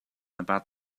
about